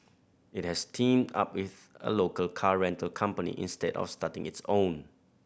it has teamed up with a local car rental company instead of starting its own